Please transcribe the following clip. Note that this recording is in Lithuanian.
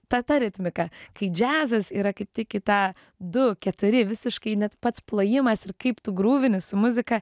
ta ta ritmika kai džiazas yra kaip tik į tą du keturi visiškai net pats plojimas ir kaip tu grūvini su muzika